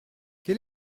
quel